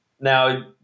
Now